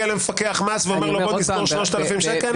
למפקח מס ואומר לו: בוא נסגור 3,000 שקל?